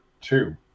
two